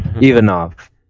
Ivanov